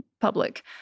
public